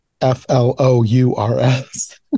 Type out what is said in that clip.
F-L-O-U-R-S